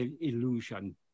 illusion